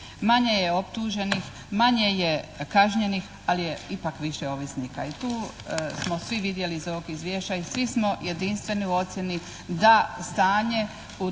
manje je optuženih, manje je kažnjenih ali je ipak više ovisnika i tu smo svi vidjeli iz ovog izvješća i svi smo jedinstveni u ocjeni da stanje u